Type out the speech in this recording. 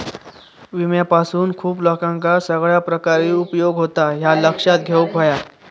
विम्यापासून खूप लोकांका सगळ्या प्रकारे उपयोग होता, ह्या लक्षात घेऊक हव्या